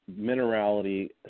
minerality